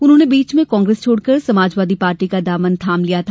उन्होंने बीच में कांग्रेस छोड़कर समाजवादी पार्टी का दामन थाम लिया था